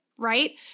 Right